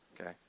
Okay